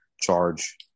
charge